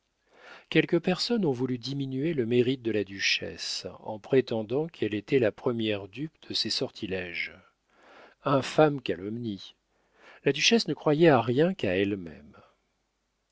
quelques personnes ont voulu diminuer le mérite de la duchesse en prétendant qu'elle était la première dupe de ses sortilèges infâme calomnie la duchesse ne croyait à rien qu'à elle-même